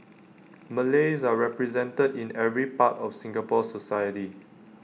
Malays are represented in every part of Singapore society